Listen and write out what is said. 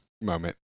moment